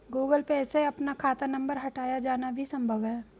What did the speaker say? Google Pay से अपना खाता नंबर हटाया जाना भी संभव है